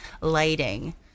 lighting